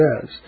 says